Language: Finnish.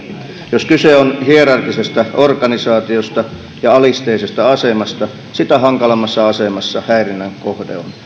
jos kyse on hierarkkisesta organisaatiosta ja alisteisesta asemasta sitä hankalammassa asemassa häirinnän kohde on